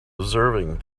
observing